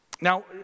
Now